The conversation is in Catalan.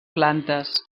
plantes